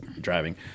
driving